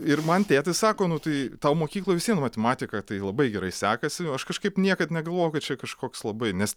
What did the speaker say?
ir man tėtis sako nu tai tau mokykloj vis vien matematika tai labai gerai sekasi o aš kažkaip niekad negalvojau kad čia kažkoks labai nes